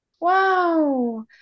Wow